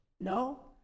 No